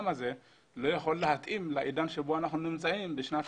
הזה לא יכול להתאים לעידן בו אנחנו נמצאים בשנת